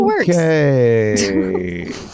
okay